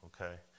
Okay